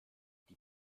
die